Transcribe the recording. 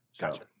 Gotcha